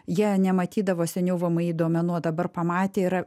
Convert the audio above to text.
jie nematydavo seniau vmi duomenų o dabar pamatė yra